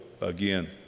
again